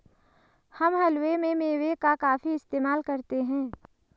हम हलवे में मेवे का काफी इस्तेमाल करते हैं